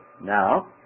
now